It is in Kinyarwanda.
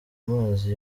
mazi